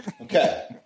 Okay